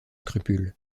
scrupules